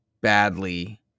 badly